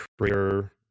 creator